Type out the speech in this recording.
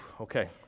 Okay